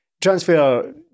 Transfer